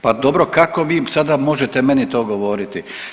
Pa dobro kako vi sada možete meni to govoriti?